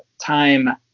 time